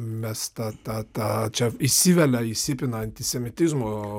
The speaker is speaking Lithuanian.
mes tą tą tą čia įsivelia įsipina antisemitizmo